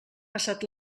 passat